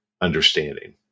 understanding